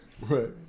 right